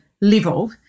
level